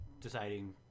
deciding